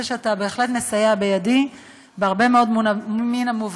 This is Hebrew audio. שאתה בהחלט מסייע בידי בהרבה מאוד מובנים,